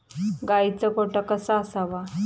गाईचा गोठा कसा असावा?